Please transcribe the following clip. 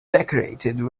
decorated